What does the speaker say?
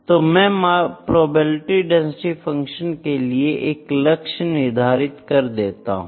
तो मैं probability density function के लिए एक लक्ष्य निर्धारित कर देता हूं